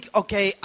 okay